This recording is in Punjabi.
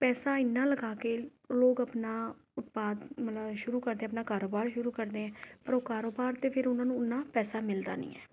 ਪੈਸਾ ਇੰਨਾ ਲਗਾ ਕੇ ਲੋਕ ਆਪਣਾ ਉਤਪਾਦ ਮਤਲਬ ਸ਼ੁਰੂ ਕਰਦੇ ਆਪਣਾ ਕਾਰੋਬਾਰ ਸ਼ੁਰੂ ਕਰਦੇ ਹੈ ਪਰ ਉਹ ਕਾਰੋਬਾਰ 'ਤੇ ਫਿਰ ਉਹਨਾਂ ਨੂੰ ਓਨਾ ਪੈਸਾ ਮਿਲਦਾ ਨਹੀਂ ਹੈ